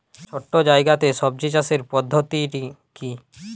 ছোট্ট জায়গাতে সবজি চাষের পদ্ধতিটি কী?